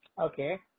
Okay